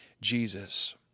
Jesus